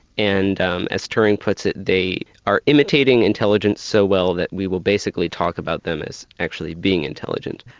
and as turing puts it, they are imitating intelligence so well that we will basically talk about them as actually being intelligent.